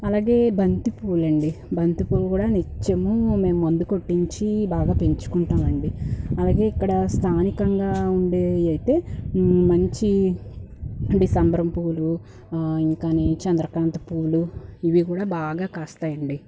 అలాగే బంతి పూలండి బంతి పువ్వు కూడా నిత్యము మేము మందు కొట్టించి బాగా పెంచుకుంటామండి అలాగే ఇక్కడ స్థానికంగా ఉండేవి అయితే మంచి డిసంబరం పువ్వులు ఇంకాచంద్రకాంత పూలు ఇవి కూడా బాగా కాస్తయండి